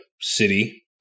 city